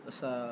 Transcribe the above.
sa